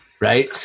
right